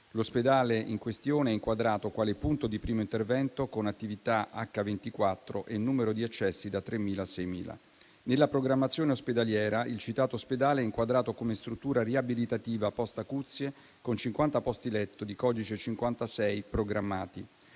L'ospedale in questione è inquadrato quale punto di primo intervento con attività H24 e numero di accessi da 3.000 a 6.000. Nella programmazione ospedaliera il citato ospedale è inquadrato come struttura riabilitativa *post* acuzie, con 50 posti letto di codice 56 programmati.